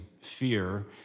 fear